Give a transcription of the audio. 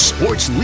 Sports